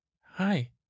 Hi